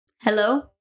Hello